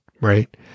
right